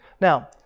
Now